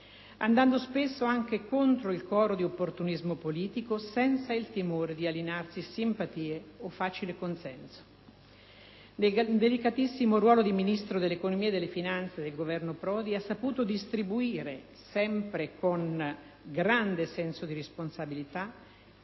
andando spesso anche contro il coro di opportunismo politico senza il timore di alienarsi simpatie o facile consenso. Nel delicatissimo ruolo di Ministro dell'economia e delle finanze del Governo Prodi ha saputo distribuire, sempre con grande senso di responsabilità,